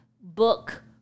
book